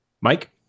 Mike